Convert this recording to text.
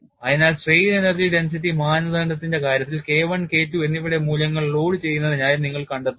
അതിനാൽ strain energy density മാനദണ്ഡത്തിന്റെ കാര്യത്തിൽ K I K II എന്നിവയുടെ മൂല്യങ്ങൾ ലോഡുചെയ്യുന്നതിനായി നിങ്ങൾ കണ്ടെത്തുന്നു